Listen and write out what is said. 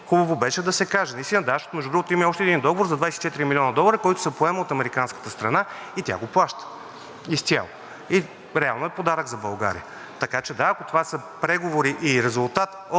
Хубаво беше да се каже. Да, защото, между другото, имаме още един договор за 24 млн. долара, който се поема от американската страна, и тя го плаща изцяло – реално е подарък за България. Така че – да, ако това са преговори и резултат